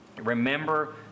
remember